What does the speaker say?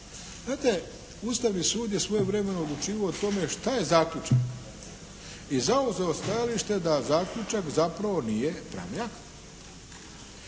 Znate, Ustavni sud je svojevremeno odlučivao o tome što je zaključak. I zauzeo stajalište da zaključak zapravo nije pravni akt.